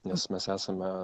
nes mes esame